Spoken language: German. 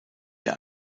der